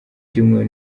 cyumweru